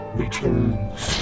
returns